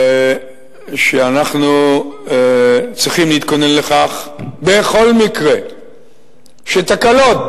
שאנחנו צריכים להתכונן לכך בכל מקרה שתקלות